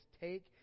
take